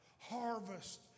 harvest